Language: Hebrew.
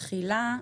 תחילה.